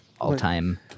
all-time